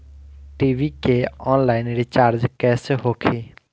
TV के online recharge कैसे होखी?